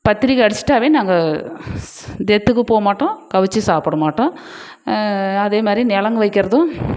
பத்திரிக்கை அடித்திட்டாவே நாங்கள் டெத்துக்கு போகமாட்டோம் கவுச்சு சாப்பிட மாட்டோம் அதேமாதிரி நலங்கு வைக்கிறதும்